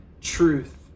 truth